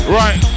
right